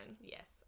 Yes